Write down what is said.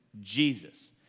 Jesus